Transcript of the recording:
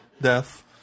death